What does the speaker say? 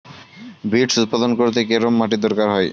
Beets উৎপাদন করতে কেরম মাটির দরকার হয়?